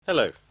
Hello